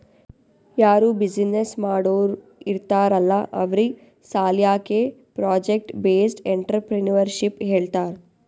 ಯಾರೂ ಬಿಸಿನ್ನೆಸ್ ಮಾಡೋರ್ ಇರ್ತಾರ್ ಅಲ್ಲಾ ಅವ್ರಿಗ್ ಸಾಲ್ಯಾಕೆ ಪ್ರೊಜೆಕ್ಟ್ ಬೇಸ್ಡ್ ಎಂಟ್ರರ್ಪ್ರಿನರ್ಶಿಪ್ ಹೇಳ್ತಾರ್